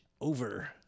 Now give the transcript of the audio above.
over